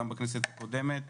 גם בכנסת הקודמת,